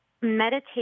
meditate